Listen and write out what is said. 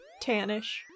tannish